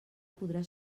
podrà